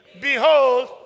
Behold